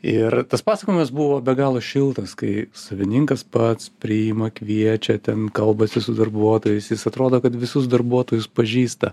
ir tas pasakojimas buvo be galo šiltas kai savininkas pats priima kviečia ten kalbasi su darbuotojais jis atrodo kad visus darbuotojus pažįsta